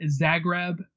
Zagreb